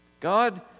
God